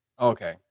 Okay